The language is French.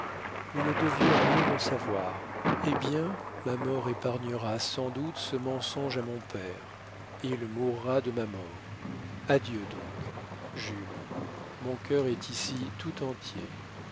nous ne devions rien en savoir eh bien ma mort épargnera sans doute ce mensonge à mon père il mourra de ma mort adieu donc jules mon cœur est ici tout entier